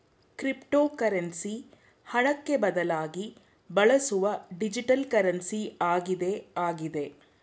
cryptocurrency ಹಣಕ್ಕೆ ಬದಲಾಗಿ ಬಳಸುವ ಡಿಜಿಟಲ್ ಕರೆನ್ಸಿ ಆಗಿದೆ ಆಗಿದೆ